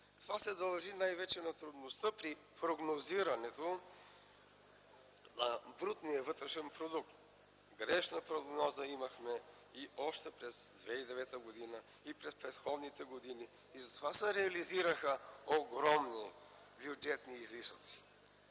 Това се дължи най-вече на трудността при прогнозирането на брутния вътрешен продукт. Грешна прогноза имахме още през 2009 г., и през предходните години – затова се реализираха огромни бюджетни излишъци.